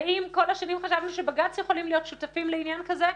ואם כל השנים חשבנו שבג"ץ יכול להיות שותף לעניין כזה,